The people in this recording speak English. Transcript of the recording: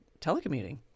telecommuting